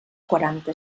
quaranta